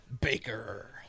Baker